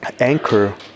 anchor